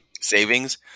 Savings